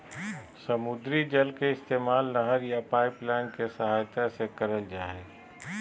समुद्री जल के इस्तेमाल नहर या पाइपलाइन के सहायता से करल जा हय